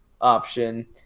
option